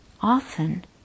often